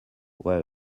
where